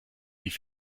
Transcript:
wie